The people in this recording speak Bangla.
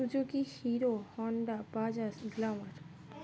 Suzuki Hero Honda Bajaj Glamour